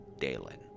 Dalen